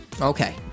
Okay